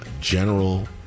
General